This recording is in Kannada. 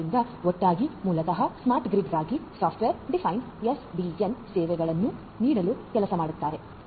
ಆದ್ದರಿಂದ ಒಟ್ಟಾಗಿ ಮೂಲತಃ ಸ್ಮಾರ್ಟ್ ಗ್ರಿಡ್ಗಾಗಿ ಸಾಫ್ಟ್ವೇರ್ ಡಿಫೈನ್ಡ ಎಸ್ಡಿಎನ್ ಸೇವೆಗಳನ್ನು ನೀಡಲು ಕೆಲಸ ಮಾಡುತ್ತಾರೆ